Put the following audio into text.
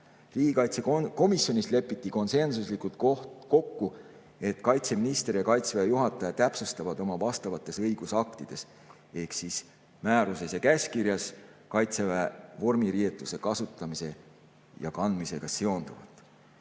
Riigikaitsekomisjonis lepiti konsensuslikult kokku, et kaitseminister ja Kaitseväe juhataja täpsustavad oma vastavates õigusaktides ehk määruses ja käskkirjas Kaitseväe vormiriietuse kasutamise ja kandmisega seonduvat.